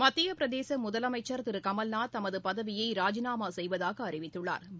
மத்தியப் பிரதேசமுதலமைச்சா் திருகமல்நாத் தமதுபதவியைராஜிநாமாசெய்வதாகஅறிவித்துள்ளாா்